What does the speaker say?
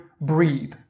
breathe